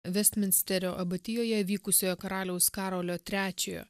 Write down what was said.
vestminsterio abatijoje vykusioje karaliaus karolio trečiojo